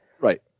Right